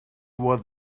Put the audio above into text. while